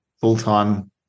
full-time